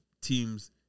teams